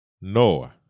Noah